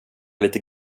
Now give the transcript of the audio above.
lite